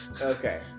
Okay